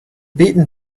beaten